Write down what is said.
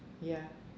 ya